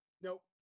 Nope